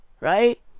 Right